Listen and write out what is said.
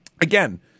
Again